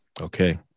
Okay